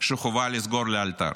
שחובה לסגור לאלתר.